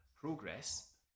Progress